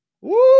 Woo